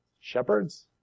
Shepherds